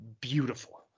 beautiful